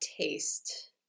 taste